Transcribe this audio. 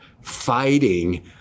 fighting